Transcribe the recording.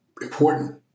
important